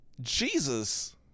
jesus